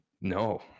No